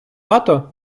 нато